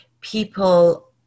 people